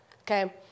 Okay